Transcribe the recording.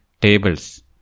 tables